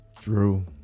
Drew